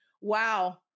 wow